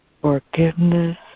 Forgiveness